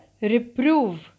reprove